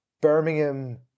Birmingham